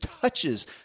touches